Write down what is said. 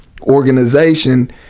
organization